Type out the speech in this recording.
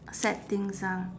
sad things ah